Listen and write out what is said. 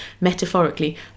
metaphorically